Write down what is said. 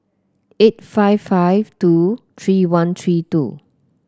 eight five five two three one three two